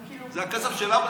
זה הכסף של אבא?